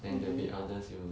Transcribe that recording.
mmhmm